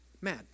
mad